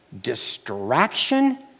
Distraction